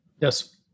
Yes